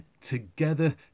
together